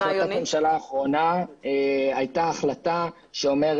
בהחלטת הממשלה האחרונה הייתה החלטה שיהיה